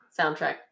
Soundtrack